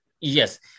Yes